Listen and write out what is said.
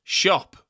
shop